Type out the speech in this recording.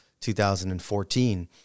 2014